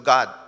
God